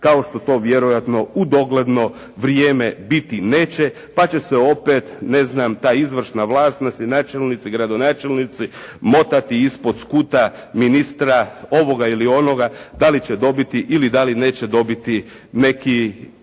kao što to vjerojatno u dogledno vrijeme biti neće pa će se opet ne znam ta izvršna vlast, znači načelnici, gradonačelnici motati ispod skuta ministra ovoga ili onoga da li će dobiti ili da li neće dobiti neki